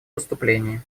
выступлении